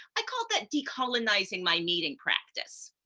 i call that decolonizing my meeting practice.